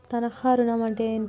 తనఖా ఋణం అంటే ఏంటిది?